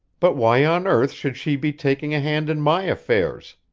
but why on earth should she be taking a hand in my affairs?